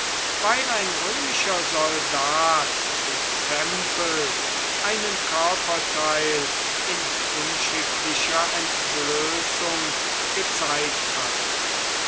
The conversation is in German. weil ein römischer soldat dem tempel einen körperteil in unschicklicher entblößung gezeigt hatte